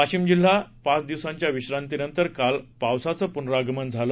वाशिम जिल्ह्यात पाच दिवसांच्या विश्रांती नंतर काल पावसाचं पुनरागमन झालं